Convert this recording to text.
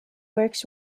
works